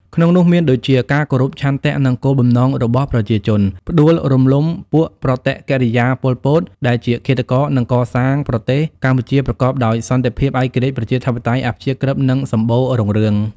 ក្នុងនោះមានដូចជា ការគោរពឆន្ទៈ និងគោលបំណងរបស់ប្រជាជន ផ្តួលរំលំពួកប្រតិកិរិយា ប៉ុល ពត ដែលជាឃាតករ និងកសាងលប្រទេសកម្ពុជាប្រកបដោយ សន្តិភាព ឯករាជ្យ ប្រជាធិបតេយ្យ អព្យាក្រឹត និង សម្បូររុងរឿង ។